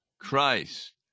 Christ